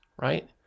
right